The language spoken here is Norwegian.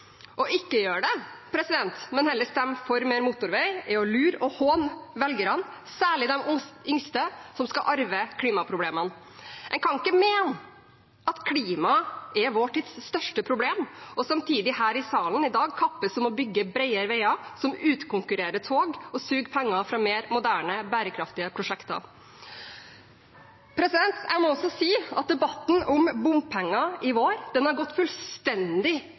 Å ikke gjøre det, men heller stemme for mer motorvei, er å lure og håne velgerne, særlig de yngste, som skal arve klimaproblemene. En kan ikke mene at klimaet er vår tids største problem og samtidig her i salen i dag kappes om å bygge bredere veier, som utkonkurrerer tog og suger penger fra mer moderne, bærekraftige prosjekter. Jeg må også si at debatten om bompenger i vår, har gått fullstendig